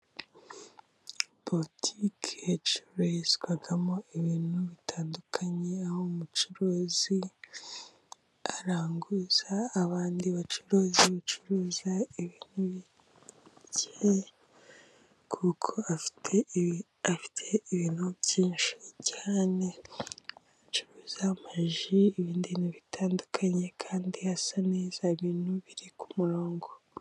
Butike zicururizwamo ibintu bitandukanye, aho umucuruzi aranguza abandi bacuruzi bacuruza ibintu bike, kuko afite ibintu byinshi cyane acuruza, ama ji, ibindi bintu bitandukanye kandi hasa neza, ibintu biri ku murongo.